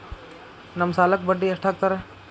ನಮ್ ಸಾಲಕ್ ಬಡ್ಡಿ ಎಷ್ಟು ಹಾಕ್ತಾರ?